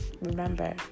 Remember